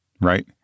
Right